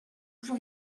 plus